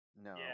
No